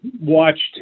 watched